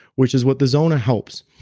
which is what the zona helps.